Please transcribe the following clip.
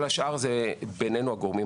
(היו"ר אוהד טל,